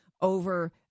over